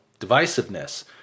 Divisiveness